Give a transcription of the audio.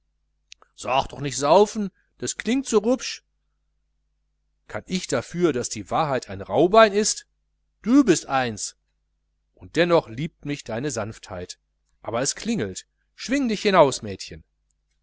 saufen sag doch nicht saufen das klingt so ruppig kann ich dafür daß die wahrheit ein rauhbein ist du bist eins und dennoch liebt mich deine sanftheit aber es klingelt schwing dich hinaus